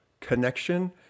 connection